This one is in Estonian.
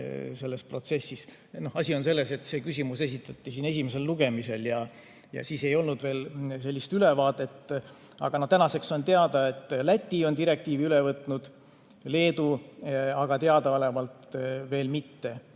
selles protsessis. Asi on selles, et see küsimus esitati siin esimesel lugemisel ja siis ei olnud veel sellist ülevaadet, aga tänaseks on teada, et Läti on direktiivi üle võtnud, Leedu aga teadaolevalt veel mitte.